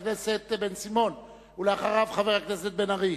חבר הכנסת בן-סימון, ואחריו, חבר הכנסת בן-ארי.